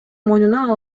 мойнуна